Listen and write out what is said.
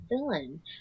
villain